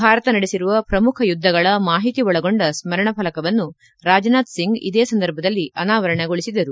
ಭಾರತ ನಡೆಸಿರುವ ಪ್ರಮುಖ ಯುದ್ದಗಳ ಮಾಹಿತಿ ಒಳಗೊಂಡ ಸ್ತರಣ ಫಲಕವನ್ನು ರಾಜನಾಥ್ ಸಿಂಗ್ ಇದೇ ಸಂದರ್ಭದಲ್ಲಿ ಅನಾವರಣಗೊಳಿಸಿದರು